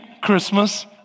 Christmas